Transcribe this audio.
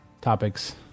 topics